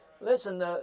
Listen